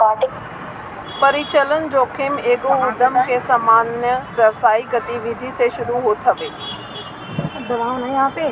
परिचलन जोखिम एगो उधम के सामान्य व्यावसायिक गतिविधि से शुरू होत हवे